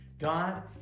God